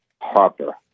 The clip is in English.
Harper